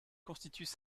constituent